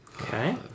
Okay